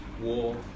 war